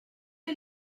est